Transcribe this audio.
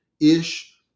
ish